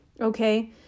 okay